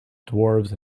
dwarves